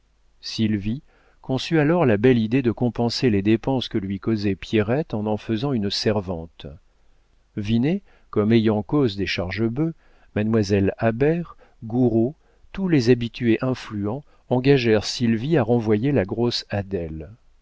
sylvie conçut alors la belle idée de compenser les dépenses que lui causait pierrette en en faisant une servante vinet comme ayant cause des chargebœuf mademoiselle habert gouraud tous les habitués influents engagèrent sylvie à renvoyer la grosse adèle